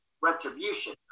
Retribution